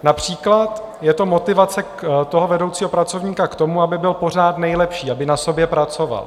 Například je to motivace vedoucího pracovníka k tomu, aby byl pořád nejlepší, aby na sobě pracoval.